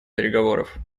переговоров